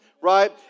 Right